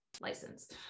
license